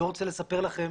אני לא רוצה לספר לכם